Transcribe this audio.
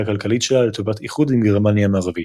הכלכלית שלה לטובת איחוד עם גרמניה המערבית.